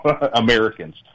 Americans